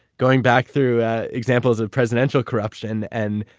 going back through examples of presidential corruption and,